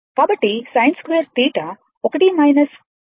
కాబట్టి sin2θ 1 cosθ 2